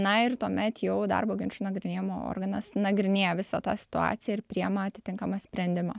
na ir tuomet jau darbo ginčų nagrinėjimo organas nagrinėja visą tą situaciją ir priima atitinkamą sprendimą